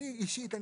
אני אישית,